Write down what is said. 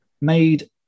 made